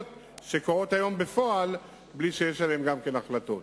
שקורות היום בפועל בלי שיש עליהן החלטות.